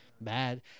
bad